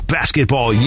Basketball